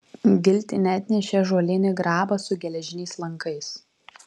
giltinė atnešė ąžuolinį grabą su geležiniais lankais